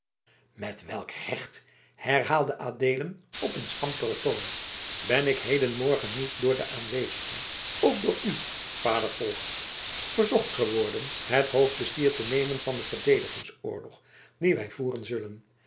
met welk recht herhaalde adeelen op een schamperen toon ben ik hedenmorgen niet door de aanwezigen ook door u vader volkert verzocht geworden het hoofdbestier te nemen van den verdedigingsoorlog dien wij voeren zullen